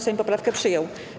Sejm poprawkę przyjął.